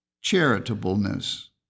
charitableness